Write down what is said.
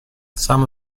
some